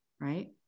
right